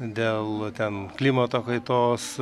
dėl ten klimato kaitos